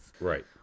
Right